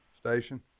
Station